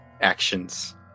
actions